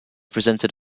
presented